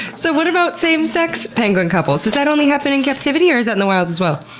so what about same-sex penguin couples? does that only happen in captivity or is that in the wild as well?